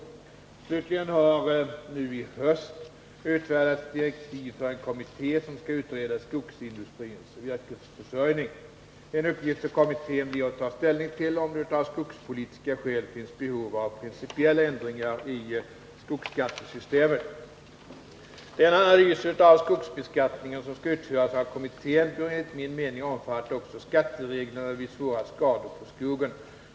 Slutligen Nr 49 har nu i höst utfärdats direktiv för en kommitté som skall utreda skogsindustrins virkesförsörjning. En uppgift för kommittén blir att ta ställning till om det av skogspolitiska skäl finns behov av principiella ändringar i skogsskattesystemet. Den analys av skogsbeskattningen som skall utföras av kommittén bör enligt min mening omfatta också skattereglerna vid svåra skador på skogen.